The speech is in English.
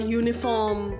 uniform